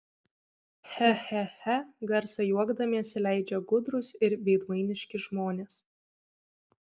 che che che garsą juokdamiesi leidžia gudrūs ir veidmainiški žmonės